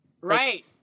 Right